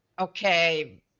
okay